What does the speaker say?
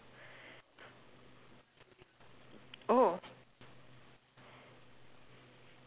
oh